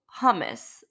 hummus